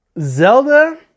Zelda